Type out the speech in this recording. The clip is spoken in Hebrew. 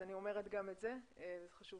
אני אומרת את זה וזה חשוב